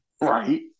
Right